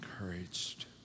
encouraged